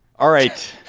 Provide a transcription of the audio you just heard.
all right.